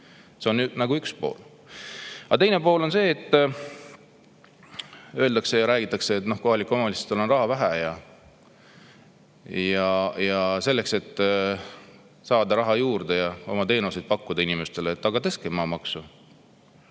See on asja üks pool. Aga teine pool on see, et räägitakse, et kohalikel omavalitsustel on raha vähe, ja selleks, et saada raha juurde ja oma teenuseid pakkuda inimestele, öeldakse: "Tõstke maamaksu."